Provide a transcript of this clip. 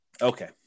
Okay